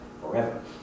forever